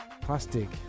plastic